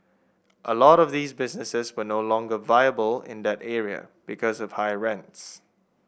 a lot of these businesses were no longer viable in that area because of higher rents